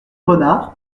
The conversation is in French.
renard